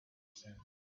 said